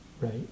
right